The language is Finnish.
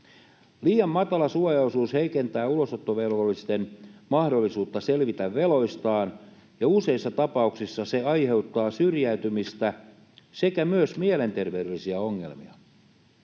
Liian matala suojaosuus heikentää ulosottovelvollisten mahdollisuutta selvitä veloistaan, ja useissa tapauksissa se aiheuttaa syrjäytymistä sekä myös mielenterveydellisiä ongelmia.